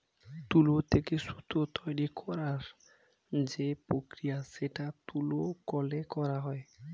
তুলো থেকে সুতো তৈরী করার যে প্রক্রিয়া সেটা তুলো কলে করা হয়